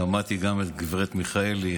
שמעתי גם את גב' מיכאלי,